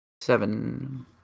seven